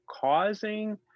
causing